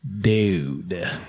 Dude